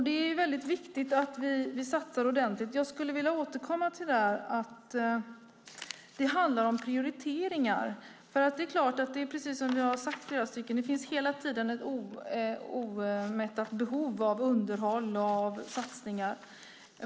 Det är väldigt viktigt att vi satsar ordentligt. Jag skulle vilja återkomma till detta att det handlar om prioriteringar. Precis som flera av oss har sagt finns det hela tiden ett omättligt behov av underhåll och satsningar.